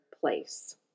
place